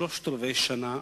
שלושת-רבעי השנה עברו.